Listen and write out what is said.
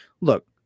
Look